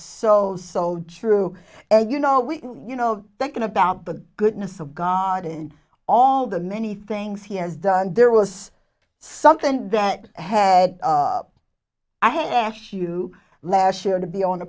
so so drew and you know we you know thinking about the goodness of god and all the many things he has done there was something that had i asked you last year to be on a